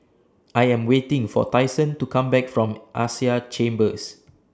I Am waiting For Tyson to Come Back from Asia Chambers